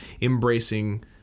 embracing